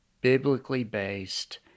biblically-based